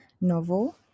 novel